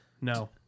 no